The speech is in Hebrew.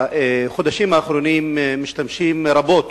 בחודשים האחרונים משתמשים רבות